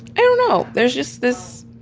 i don't know. there is just this,